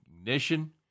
ignition